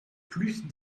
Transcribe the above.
plus